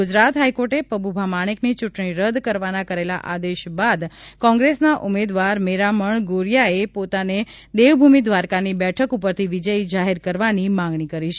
ગુજરાત હાઇકોર્ટે પબુભા માણેકની ચૂંટણી રદ કરવાના કરેલા આદેશ બાદ કોંગ્રેસના ઉમેદવાર મેરામણ ગોરીયાએ પોતાને દેવભૂમિ દ્વારકાની બેઠક ઉપરથી વિજય જાહેર કરવાની માંગણી કરી છે